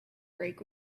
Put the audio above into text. break